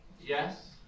Yes